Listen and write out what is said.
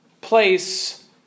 place